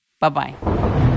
Bye-bye